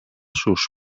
sus